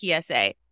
PSA